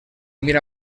mira